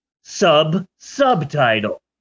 Sub-subtitle